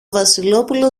βασιλόπουλο